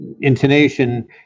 intonation